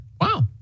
Wow